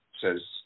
says